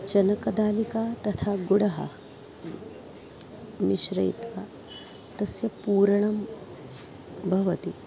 चणकदालिकां तथा गुडं मिश्रयित्वा तस्य पूरणं भवति